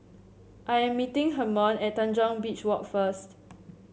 I am meeting Hermon at Tanjong Beach Walk first